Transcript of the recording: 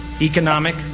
economic